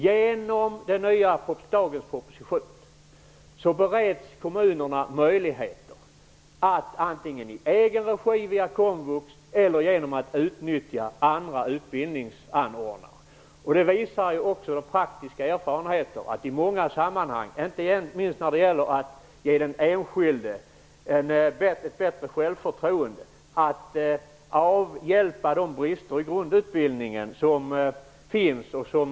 Genom dagens proposition bereds kommunerna möjligheter att antingen i egen regi via komvux eller genom att utnyttja andra utbildningsanordnare - de praktiska erfarenheterna visar att det är bra i många sammanhang, inte minst när det gäller att ge den enskilde ett bättre självförtroende - avhjälpa de brister i grundutbildningen som finns.